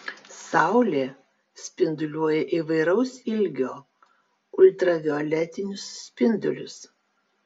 saulė spinduliuoja įvairaus ilgio ultravioletinius spindulius